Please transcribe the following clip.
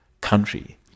country